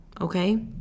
Okay